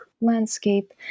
landscape